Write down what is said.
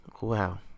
Wow